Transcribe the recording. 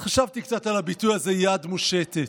אז חשבתי קצת על הביטוי הזה, "יד מושטת".